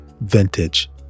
vintage